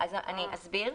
אני אסביר.